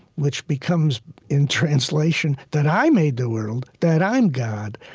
which becomes in translation that i made the world, that i'm god.